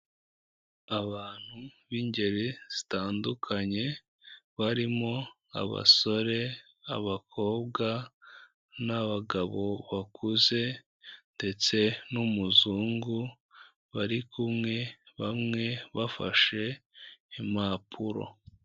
Abantu b'ingeri zitandukanye, barimo abasore, abakobwa, n'abagabo bakuze, ndetse n'umuzungu bari kumwe, bamwe bafashe impapuro.